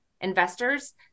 investors